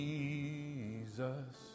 Jesus